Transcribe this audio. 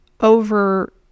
over